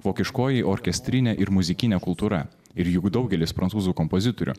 vokiškoji orkestrinė ir muzikinė kultūra ir juk daugelis prancūzų kompozitorių